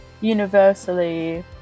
universally